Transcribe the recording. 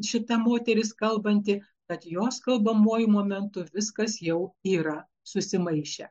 šita moteris kalbanti kad jos kalbamuoju momentu viskas jau yra susimaišę